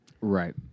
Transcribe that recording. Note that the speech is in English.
right